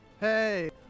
Hey